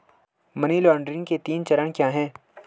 Money laundering के तीन चरण क्या हैं?